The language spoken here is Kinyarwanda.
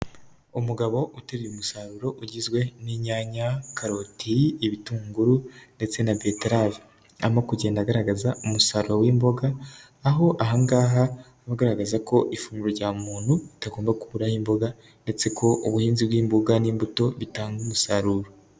Umugabo uteruye umusaruro ugizwe, n'inyanya, karoti, ibitunguru, ndetse na beterave. Arimo kugenda agaragaza umusaruro w'imboga, aho ahangaha arimo agaragaza ko ifunguro rya muntu ritagomba kuburaho imboga, ndetse ko ubuhinzi bw'imbuga n'imbuto bitanga umusaruro.